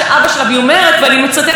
כולם ידעו שאבא שלי אלים,